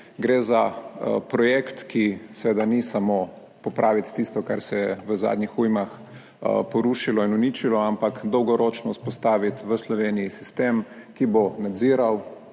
Gre za projekt, ki seveda ni samo popraviti tisto kar se je v zadnjih ujmah porušilo in uničilo, ampak dolgoročno vzpostaviti v Sloveniji sistem, ki bo nadziral